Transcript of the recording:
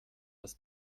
das